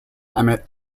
emmett